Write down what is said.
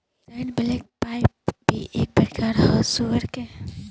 अक्साई black pied भी एक प्रकार ह सुअर के